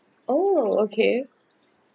oh okay